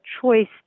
choice